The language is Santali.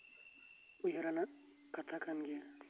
ᱩᱭᱦᱟᱹᱨᱟᱱᱟᱜ ᱠᱟᱛᱷᱟ ᱠᱟᱱ ᱜᱮᱭᱟ